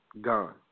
gone